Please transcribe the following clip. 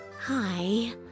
Hi